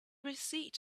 receipt